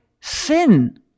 sin